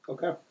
Okay